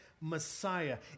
Messiah